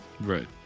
Right